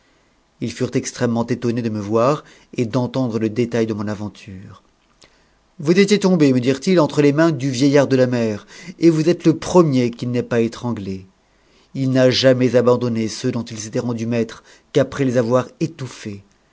ils furent extrêmement étounés de me voir et d'entendre le détail de mon aventure vous étiez tombé ux dirent-ils entre les mains du vieillard de la mer et vous êtes le premier qu'il n'ait pas étranglé il n'a jamais abandonné ceux dont il s'était rendu maître qu'après les avoir étoucës